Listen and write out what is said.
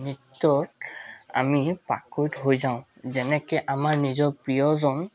নৃত্যত আমি পাকৈত হৈ যাওঁ যেনেকৈ আমাক নিজক প্ৰিয়জন